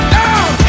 down